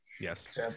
Yes